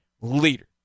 leader